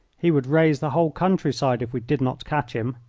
he would raise the whole country-side if we did not catch him.